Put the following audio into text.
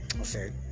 Okay